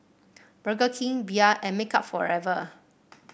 Burger King Bia and Makeup Forever